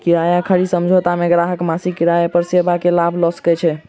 किराया खरीद समझौता मे ग्राहक मासिक किराया पर सेवा के लाभ लय सकैत छै